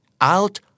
out